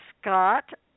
Scott